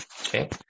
Okay